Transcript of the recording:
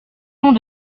nom